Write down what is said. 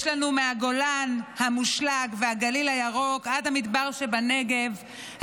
יש לנו מהגולן המושלג והגליל הירוק ועד המדבר שבנגב,